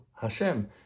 Hashem